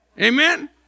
Amen